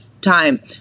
time